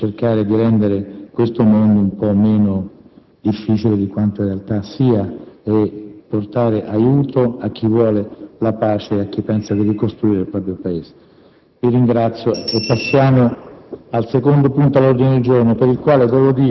che molti uomini e anche donne svolgono in aree difficili per cercare di rendere questo mondo un po' meno difficile di quanto in realtà sia e portare aiuto a chi vuole la pace e pensa di ricostruire il proprio Paese.